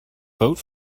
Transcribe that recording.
vote